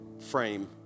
frame